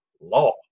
law